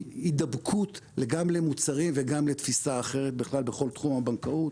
הידבקות גם למוצרים וגם לתפיסה אחרת בכלל בכל תחום הבנקאות.